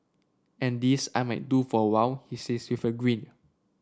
and this I might do for a while he says with a grin